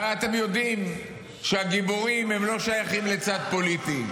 הרי אתם יודעים שהגיבורים לא שייכים לצד פוליטי.